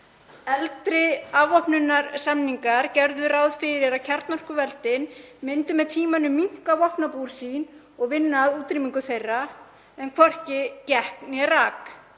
Eldri afvopnunarsamningar gerðu ráð fyrir að kjarnorkuveldin myndu með tímanum minnka vopnabúr sín og vinna að útrýmingu þeirra, en hvorki gekk né rak.